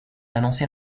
annoncé